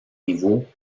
niveau